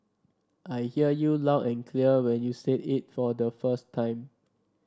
I hear you loud and clear when you said it for the first time